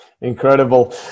Incredible